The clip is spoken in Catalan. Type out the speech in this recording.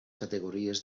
categories